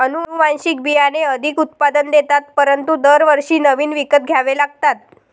अनुवांशिक बियाणे अधिक उत्पादन देतात परंतु दरवर्षी नवीन विकत घ्यावे लागतात